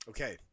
Okay